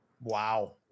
Wow